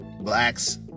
blacks